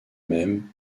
même